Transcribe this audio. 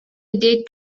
day